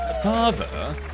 Father